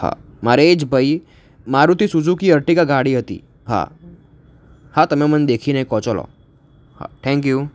હા મારે એ જ ભાઈ મારુતિ સુઝુકી અર્ટિગા ગાડી હતી હા હા તમે મને દેખીને કહો ચાલો હા થેન્ક યુ હા